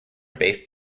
based